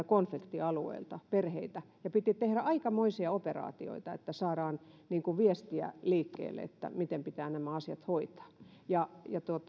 konfliktialueilta perheitä ja piti tehdä aikamoisia operaatioita että saadaan viestiä liikkeelle miten pitää nämä asiat hoitaa